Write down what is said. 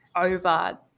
over